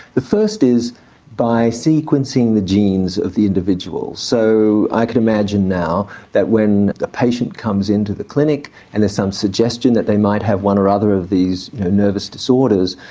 the first is by sequencing the genes of the individuals. so i can imagine now that when the patient comes into the clinic and there's some suggestion that they might have one or other of these nervous disorders,